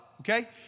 okay